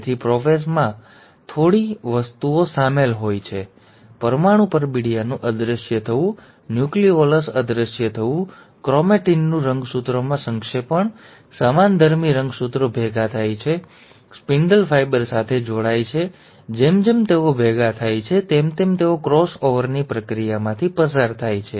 તેથી પ્રોપેઝમાં થોડી વસ્તુઓ શામેલ હોય છે પરમાણુ પરબિડીયાનું અદૃશ્ય થવું ન્યુક્લિઓલસ અદૃશ્ય થવું ક્રોમેટિનનું રંગસૂત્રોમાં સંક્ષેપણ સમાનધર્મી રંગસૂત્રો ભેગા થાય છે સ્પિન્ડલ ફાઇબર સાથે જોડાય છે અને જેમ જેમ તેઓ ભેગા થાય છે તેમ તેમ તેઓ ક્રોસ ઓવરની પ્રક્રિયામાંથી પસાર થાય છે